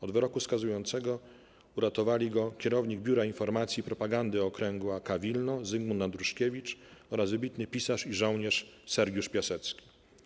Od wyroku skazującego uratowali go kierownik Biura Informacji i Propagandy Okręgu AK Wilno Zygmunt Andruszkiewicz oraz wybitny pisarz i żołnierz Sergiusz Piasecki.